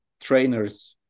trainers